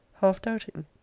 half-doubting